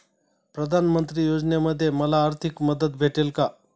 प्रधानमंत्री योजनेमध्ये मला आर्थिक मदत भेटेल का?